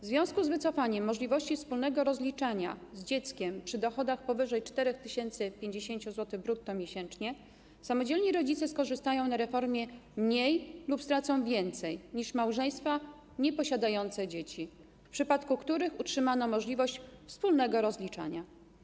W związku z wycofaniem możliwości wspólnego rozliczania z dzieckiem przy dochodach powyżej 4050 zł brutto miesięcznie samodzielni rodzice skorzystają na reformie mniej lub stracą więcej niż małżeństwa nieposiadające dzieci, w przypadku których utrzymano możliwość wspólnego rozliczania.